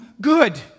good